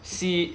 C